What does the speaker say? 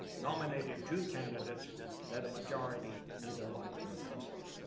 nominated two candidates that a majority neither liked nor trusted.